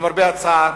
למרבה הצער,